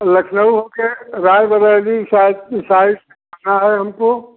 लखनऊ हो के Raebareli side side से जाना है हमको